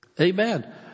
amen